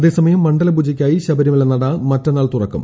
അതേസമയം മണ്ഡല പൂജയ്ക്കായി ശബരിമല നട മറ്റെന്നാൾ തുറക്കും